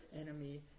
enemy